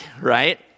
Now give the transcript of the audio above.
right